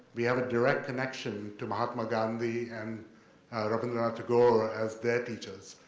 we have a direct connection to mahatma gandhi and rabi and antagoore as their teachers,